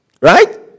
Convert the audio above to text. right